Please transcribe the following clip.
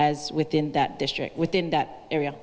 as within that district within that area